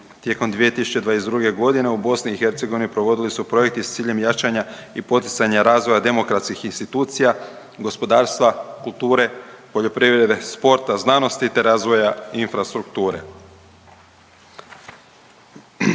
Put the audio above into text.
Tijekom 2022. godine u BiH provodili su projekti s ciljem jačanja i poticanja razvoja demokratskih institucija, gospodarstva, kulture, poljoprivrede, sporta, znanosti te razvoja infrastrukture.